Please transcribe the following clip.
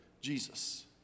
Jesus